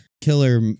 Killer